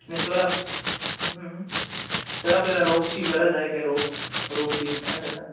नाही सोर सर आपल्याला रोपची गरज आहे काय रोप रोप बीप आहे का